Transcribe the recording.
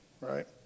right